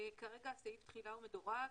כרגע סעיף התחילה מדורג,